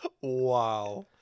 wow